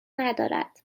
ندارد